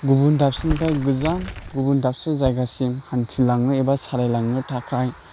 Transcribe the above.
गुबुन दाबसेनिफ्रा गोजान गुबुन दाबसे जायगासिम हान्थिलांनो एबा सालायलांनो थाखाय